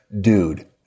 dude